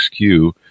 XQ